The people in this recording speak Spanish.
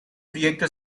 proyecto